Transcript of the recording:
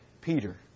Peter